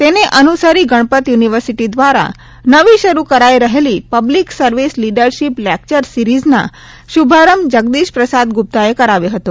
તેને અનુસરી ગણપત ્યુનિવર્સિટી દ્વારા નવી શરૂ કરાઇ રહેલી public service leadership lecture series ના શૂભારંભ જગદીશ પ્રસાદ ગુપ્તાએ કરાવ્યો હતો